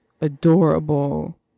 adorable